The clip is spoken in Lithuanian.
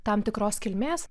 tam tikros kilmės